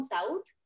South